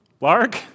Lark